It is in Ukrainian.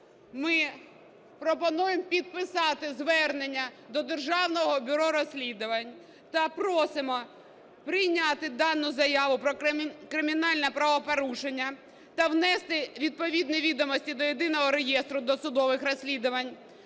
ми пропонуємо підписати звернення до Державного бюро розслідувань та просимо прийняти дану заяву про кримінальне правопорушення та внести відповідні відомості до єдиного реєстру досудових розслідувань,